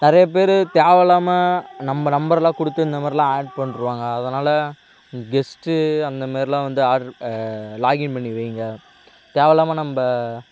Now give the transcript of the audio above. நிறைய பேர் தேவயில்லாம நம்ம நம்பர்லாம் கொடுத்து இந்தமாரிலாம் ஆட் பண்ணிருவாங்க அதனால் கெஸ்ட்டு அந்தமாரிலாம் வந்து ஆட்ரு லாகின் பண்ணி வையுங்க தேவயில்லாம நம்ம